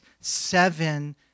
seven